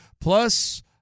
plus